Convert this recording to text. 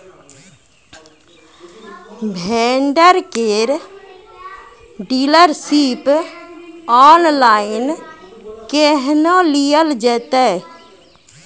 Vendor केर dealership online केहनो लियल जेतै?